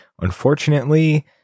unfortunately